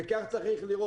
וכך צריך להיות.